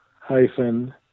hyphen